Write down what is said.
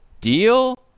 Deal